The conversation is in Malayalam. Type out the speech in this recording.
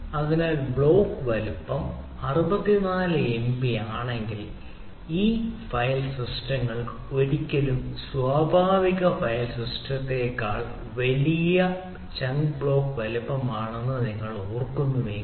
അതിനാൽ ബ്ലോക്ക് വലുപ്പം 64 MB ആണെങ്കിൽ ഈ ഫയൽ സിസ്റ്റങ്ങൾ ഒരിക്കലും സ്വാഭാവിക ഫയൽ സിസ്റ്റത്തേക്കാൾ വലിയ ചങ്ക് ബ്ലോക്ക് വലുപ്പമാണെന്ന് നിങ്ങൾ ഓർക്കുന്നുവെങ്കിൽ